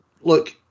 look